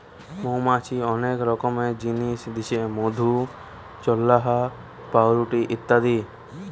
মৌমাছি অনেক রকমের জিনিস দিচ্ছে মধু, চাল্লাহ, পাউরুটি ইত্যাদি